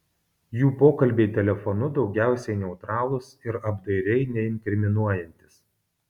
jų pokalbiai telefonu daugiausiai neutralūs ir apdairiai neinkriminuojantys